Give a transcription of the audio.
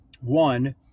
One